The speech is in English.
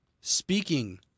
speaking